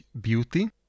beauty